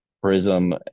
Prism